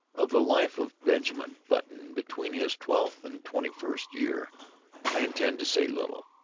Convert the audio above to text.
of the life of benjamin button between his twelfth and twenty-first year i intend to say little.